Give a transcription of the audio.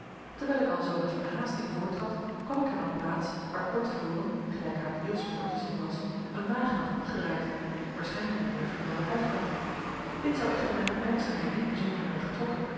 terwijl ik alzoo met verhaasting voorttrad kwam ik aan een plaats waar kort te voren gelijk aan het wielspoor te zien was een wagen had omgedraaid waarschijnlijk de meer vermelde huifkar dit zou echter mijn opmerkzaamheid niet bijzonder hebben getrokken